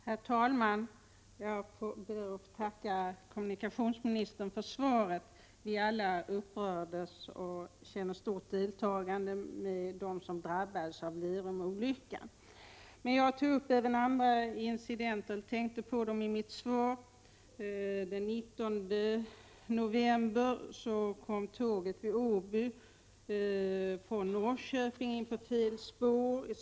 Herr talman! Jag ber att få tacka kommunikationsministern för svaret. Alla upprördes vi av Lerumsolyckan, och alla känner vi ett stort deltagande med dem som drabbades. Jag har dock även andra incidenter i åtanke. Den 19 november t.ex. kom tåget från Norrköping in på fel spår i Åby.